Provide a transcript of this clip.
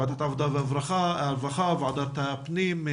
ועדת העבודה והרווחה, ועדת הפנים,